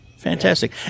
Fantastic